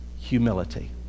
humility